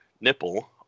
nipple